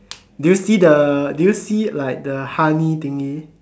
do you see the do you see like the honey thingy